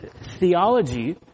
theology